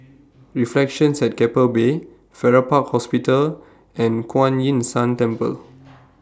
Reflections At Keppel Bay Farrer Park Hospital and Kuan Yin San Temple